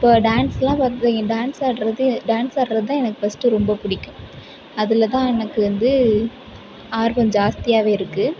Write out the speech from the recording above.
இப்போ டான்ஸ்யெலாம் வந் இ டான்ஸ் ஆடுவது டான்ஸ் ஆடுகிறத்தான் எனக்கு ஃபர்ஸ்ட்டு ரொம்ப பிடிக்கும் அதில் தான் எனக்கு வந்து ஆர்வம் ஜாஸ்தியாகவே இருக்குது